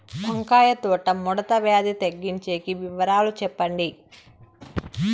వంకాయ తోట ముడత వ్యాధి తగ్గించేకి వివరాలు చెప్పండి?